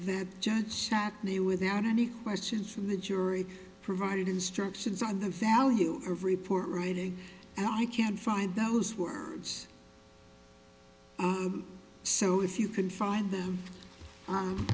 that judge shot knew without any questions from the jury provided instructions on the value of report writing and i can't find those words so if you can find them